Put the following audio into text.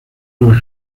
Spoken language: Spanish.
los